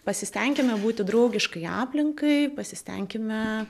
pasistenkime būti draugiškai aplinkai pasistenkime